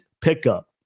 pickup